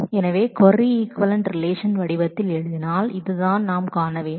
எனவே நாம் அதற்கு ஈக்விவலெண்ட் ரிலேஷன் வடிவத்தில் கொரி எழுதினால் இதுதான் நாம் காண வேண்டும்